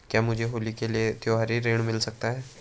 क्या मुझे होली के लिए त्यौहारी ऋण मिल सकता है?